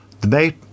Debate